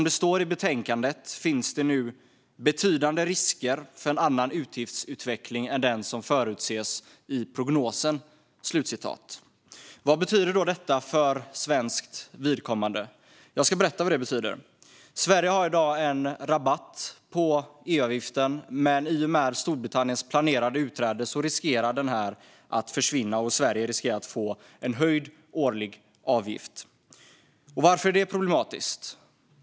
Det står i betänkandet att det nu finns "betydande risker för en annan utgiftsutveckling än den som förutses i prognosen". Vad betyder det för svenskt vidkommande? Det ska jag berätta. Sverige har i dag en rabatt på EU-avgiften. Men i och med Storbritanniens planerade utträde riskerar den att försvinna, och Sverige riskerar att få höjd årlig avgift. Varför är det problematiskt?